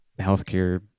healthcare